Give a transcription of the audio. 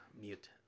mute